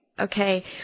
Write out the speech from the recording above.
Okay